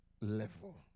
level